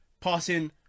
passing